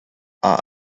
are